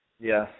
Yes